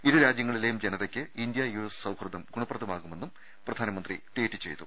ഇരു രാജൃങ്ങളിലെയും ജനതക്ക് ഇന്തൃ യുഎസ് സൌഹൃദം ഗുണപ്രദമാകുമെന്നും പ്രധാനമന്ത്രി ട്വീറ്റ് ചെയ്തു